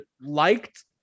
liked